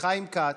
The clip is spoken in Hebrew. וחיים כץ,